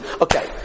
okay